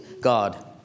God